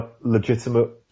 legitimate